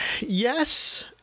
Yes